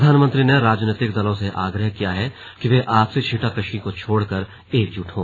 प्रधानमंत्री ने राजनीतिक दलों से आग्रह किया कि वे आपसी छींटाकशी को छोड़कर एकजुट हों